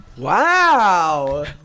wow